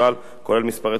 כולל מספרי תעודות הזהות שלהם,